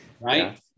right